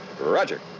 Roger